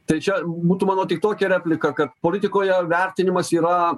tai čia būtų mano tik tokia replika kad politikoje vertinimas yra